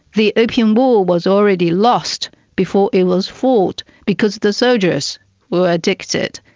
the opium war was already lost before it was fought because the soldiers were addicted,